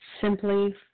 simply